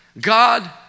God